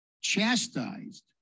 chastised